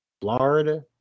Florida